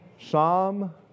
Psalm